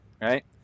Right